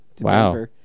Wow